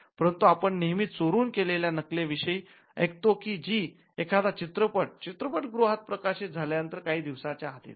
परंतु आपण नेहमी चोरून केलेल्या नक्कलेविषयी ऐकतो की जी एखादा चित्रपट चित्रपट गृहात प्रकाशित झाल्यानंतर काही दिवसांच्या आत येते